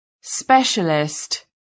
specialist